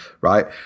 right